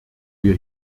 wir